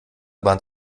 bahnt